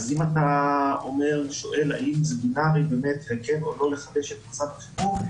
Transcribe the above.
אם אתה שואל האם זה בינארי וכן או לא לחדש את צו החירום,